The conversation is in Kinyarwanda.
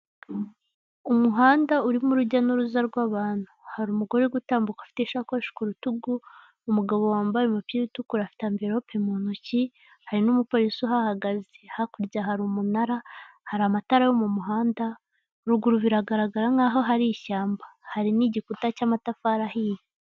Umuhanda urimo urujya n'uruza rw'abantu, hari umugore uri gutambuka afite ishakoshi ku rutugu, umugabo wambaye umupira utukura afite amverope mu ntoki, hari n'umupolisi ahahagaze, hakurya hari umunara, hari amatara yo mu muhanda, ruguru biragaragara nkaho hari ishyamba, hari n'igikuta cy'amatafari ahiye.